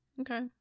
Okay